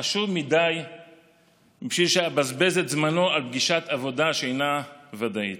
חשוב מדי שאבזבז את זמנו על פגישת עבודה שאינה ודאית.